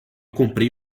comprei